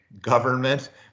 government